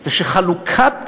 זה שחלוקת